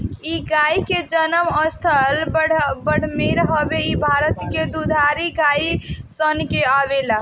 इ गाई के जनम स्थल बाड़मेर हवे इ भारत के दुधारू गाई सन में आवेले